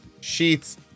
sheets